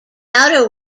outer